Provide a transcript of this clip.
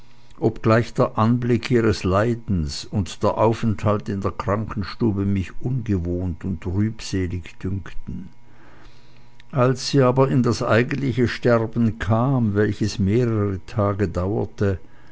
obgleich der anblick ihres leidens und der aufenthalt in der krankenstube mich ungewohnt und trübselig dünkten als sie aber in das eigentliche sterben kam welches mehrere tage dauerte